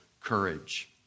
courage